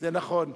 זה נכון.